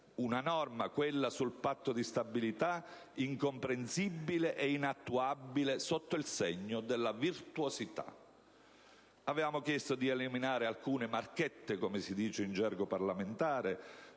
(la norma sul patto di stabilità è incomprensibile ed inattuabile sotto il segno della virtuosità). Avevamo chiesto di eliminare alcune marchette, come si dice in gergo parlamentare,